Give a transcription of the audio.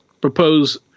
propose